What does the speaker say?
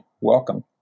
welcome